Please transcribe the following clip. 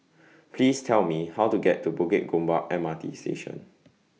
Please Tell Me How to get to Bukit Gombak M R T Station